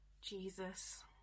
Jesus